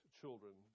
children